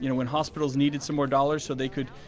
you know when hospitals needed some more dollars so they could,